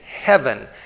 heaven